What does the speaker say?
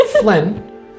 flynn